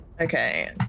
Okay